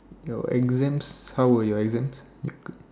your exams how were your exams